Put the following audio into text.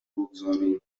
بگذاریم